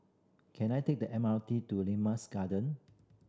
can I take the M R T to Lima's Garden